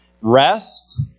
rest